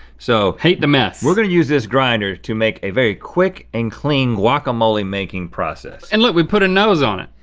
so hate the mess. we're gonna use this grinder to make a very quick and clean guacamole making process. and look, we put a nose on it.